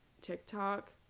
tiktok